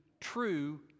true